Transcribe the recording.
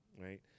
right